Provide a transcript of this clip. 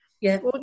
Yes